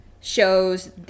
shows